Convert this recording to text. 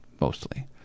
mostly